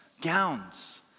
gowns